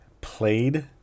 played